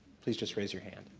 please just raise your hand.